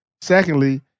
Secondly